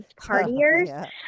partiers